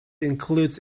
includes